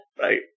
Right